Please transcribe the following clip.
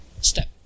step